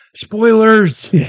spoilers